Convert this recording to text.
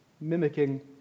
mimicking